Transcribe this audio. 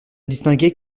distinguai